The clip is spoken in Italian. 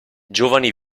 giovani